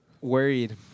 worried